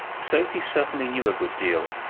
sophie certainly knew a good deal,